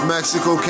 Mexico